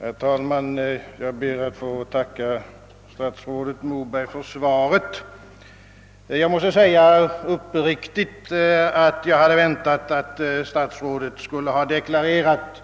Herr talman! Jag ber att få tacka statsrådet Moberg för svaret. Jag måste uppriktigt säga, att jag hade väntat att statsrådet skulle ha deklarerat